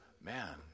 man